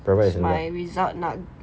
private as in what